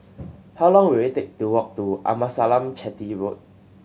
how long will it take to walk to Amasalam Chetty Road